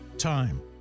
time